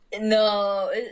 No